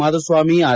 Madhuswamy R